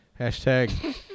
Hashtag